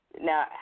Now